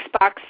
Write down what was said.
Xbox